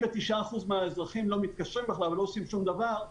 שכ-39% מהאזרחים לא מתקשרים בכלל ולא עושים שום דבר.